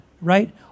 right